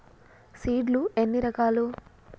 Seed లు ఎన్ని రకాలు?